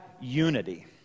unity